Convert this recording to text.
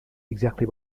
exactly